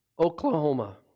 Oklahoma